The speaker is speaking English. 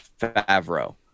Favreau